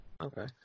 Okay